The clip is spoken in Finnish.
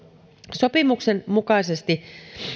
sopimuksen mukaisesti